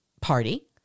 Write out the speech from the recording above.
party